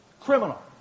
criminal